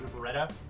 Beretta